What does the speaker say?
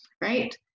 right